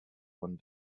one